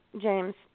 James